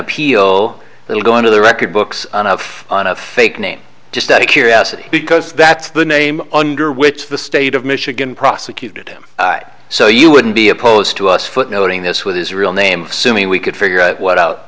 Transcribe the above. appeal that will go into the record books and of on a fake name just out of curiosity because that's the name under which the state of michigan prosecuted him so you wouldn't be opposed to us footnoting this with his real name assuming we could figure out what out